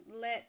let